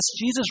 Jesus